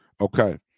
okay